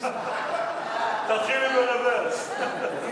תתחילי ברוורס.